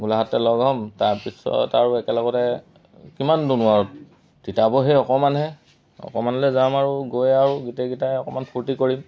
গোলাঘাটতে লগ হ'ম তাৰপিছত আৰু একেলগতে কিমান দূৰনো আৰু তিতাবৰ সেই অকণমানহে অকণমানলৈ যাম আৰু গৈ আৰু গোটেইকিটাই অকণমান ফূৰ্তি কৰিম